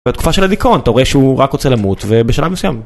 בתקופה של הדיכאון. אתה רואה שהוא רק רוצה למות ובשלב מסוים